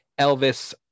Elvis